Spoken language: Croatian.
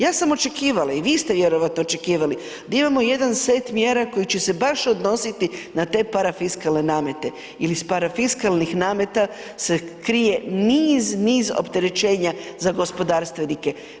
Ja sam očekivala i vi ste vjerojatno očekivali da imamo jedan set mjera koje će se baš odnositi na te parafiskalne namete ili s parafiskalnih nameta se krije niz, niz opterećenja za gospodarstvenike.